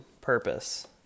Purpose